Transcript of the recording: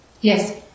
Yes